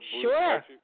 Sure